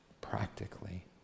practically